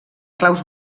claus